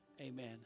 Amen